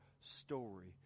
story